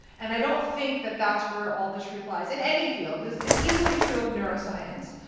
and i don't think that that's where all the truth lies in any fields. it's equally true of neuroscience.